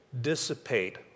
dissipate